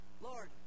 Lord